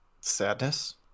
Sadness